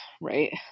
Right